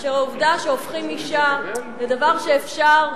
מאשר העובדה שהופכים אשה לדבר שאפשר,